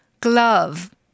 Glove